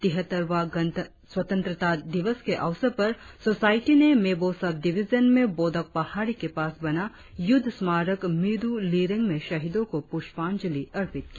तिहत्तरवा स्वतंत्रता दिवस के अवसर पर सोसायटी ने मेबो सव डिवीजन में बोदक पहाड़ी के पास बना युद्ध स्मारक मिदु लीरेंग में शहीदो को पुष्पांजलि अर्पित की